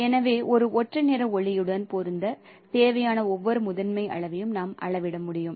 எனவே ஒரு ஒற்றை நிற ஒளியுடன் பொருந்த தேவையான ஒவ்வொரு முதன்மை அளவையும் நாம் அளவிட முடியும்